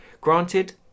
Granted